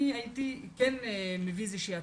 אני כן הייתי מביא הצעה,